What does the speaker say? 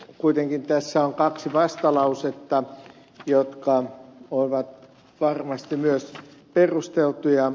kuitenkin tässä on kaksi vastalausetta jotka ovat varmasti myös perusteltuja